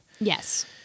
Yes